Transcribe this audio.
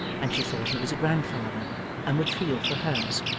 and she thought he was a grandfather and would feel for hers.